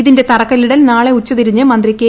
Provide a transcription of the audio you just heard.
ഇതിന്റെ ത്റക്കല്ലിടൽ നാളെ ഉച്ചതിരിഞ്ഞ് മന്ത്രി കെ